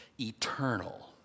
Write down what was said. eternal